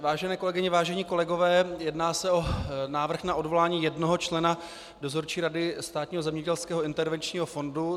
Vážené kolegyně, vážení kolegové, jedná se o návrh na odvolání jednoho člena Dozorčí rady Státního zemědělského intervenčního fondu.